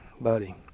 Buddy